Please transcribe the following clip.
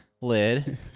lid